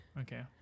Okay